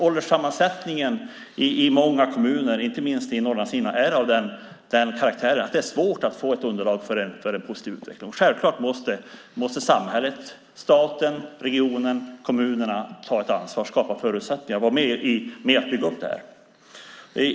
Ålderssammansättningen i många kommuner, inte minst i Norrlands inland, är av den karaktären att det är svårt att få ett underlag för en positiv utveckling. Självklart måste samhället, staten, regionen och kommunerna ta ett ansvar och skapa förutsättningar för att bygga upp det här.